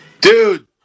Dude